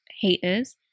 haters